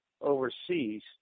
overseas